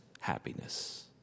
happiness